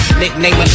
nickname